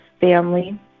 family